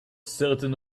certain